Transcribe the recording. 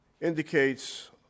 indicates